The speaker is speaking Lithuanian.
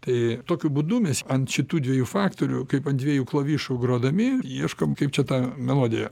tai tokiu būdu mes ant šitų dviejų faktorių kaip ant dviejų klavišų grodami ieškom kaip čia tą melodiją